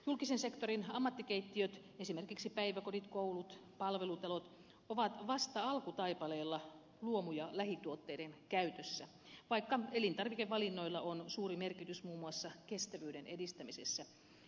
julkisen sektorin ammattikeittiöt esimerkiksi päiväkodit koulut palvelutalot ovat vasta alkutaipaleella luomu ja lähituotteiden käytössä vaikka elintarvikevalinnoilla on suuri merkitys muun muassa kestävyyden edistämisessä